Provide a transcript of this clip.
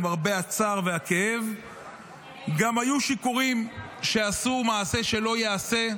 למרבה הצער והכאב גם היו שיכורים שעשו מעשה שלא ייעשה.